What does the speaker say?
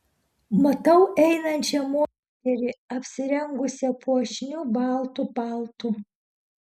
matau einančią moterį apsirengusią puošniu baltu paltu